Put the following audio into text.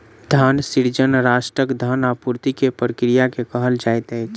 धन सृजन राष्ट्रक धन आपूर्ति के प्रक्रिया के कहल जाइत अछि